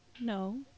No